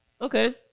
Okay